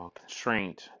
constraint